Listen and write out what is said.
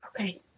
Okay